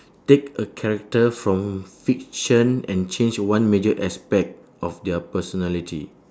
take a character from fiction and change one major aspect of their personality